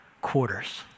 Quarters